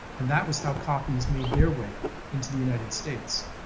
and that was how copies made their way into the united states.